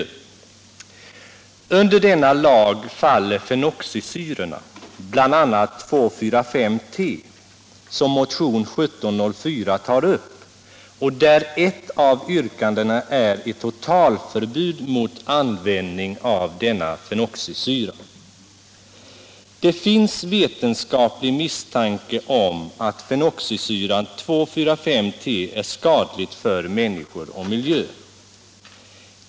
Det finns vetenskaplig misstanke om att fenoxisyran 2,4,5-T är skadlig för människor och miljö.